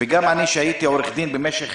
גם אני ראיתי, כשהייתי עורך דין במשך